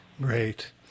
great